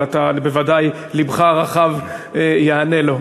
אבל בוודאי לבך הרחב יענה לו.